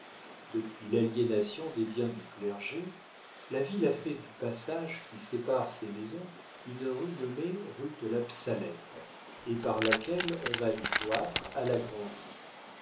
depuis l'aliénation des biens du clergé la ville a fait du passage qui sépare ces maisons une rue nommée rue de la psalette et par laquelle on va du cloître à la grand'rue